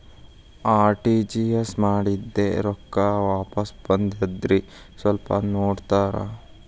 RTGS ಮಾಡಿದ್ದೆ ರೊಕ್ಕ ವಾಪಸ್ ಬಂದದ್ರಿ ಸ್ವಲ್ಪ ನೋಡ್ತೇರ?